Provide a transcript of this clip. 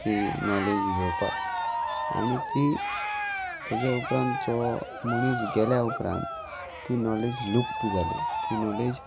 ती नॉलेज घेवपाक आनी ती तेजे उपरांत जो मनीस गेल्या उपरांत ती नॉलेज लुप्त जाली ती नॉलेज